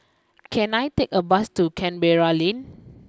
can I take a bus to Canberra Lane